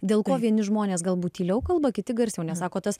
dėl ko vieni žmonės galbūt tyliau kalba kiti garsiau nes sako tas